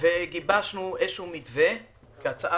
וגיבשנו איזשהו מתווה כהצעה